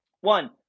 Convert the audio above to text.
One